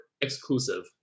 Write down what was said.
exclusive